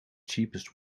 cheapest